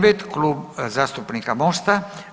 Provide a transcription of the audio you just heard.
9., Klub zastupnika Mosta.